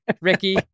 Ricky